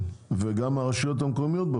וגם על ידי הרשויות המקומיות.